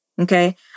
okay